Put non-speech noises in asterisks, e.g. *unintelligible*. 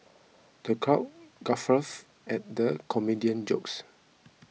the crowd *unintelligible* at the comedian's jokes